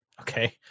Okay